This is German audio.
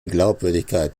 glaubwürdigkeit